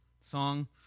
song